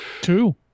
Two